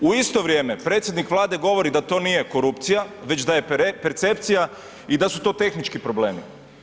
U isto vrijeme predsjednik Vlade govori da to nije korupcija već da je percepcija i da su to tehnički problemi.